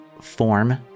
form